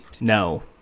No